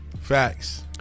Facts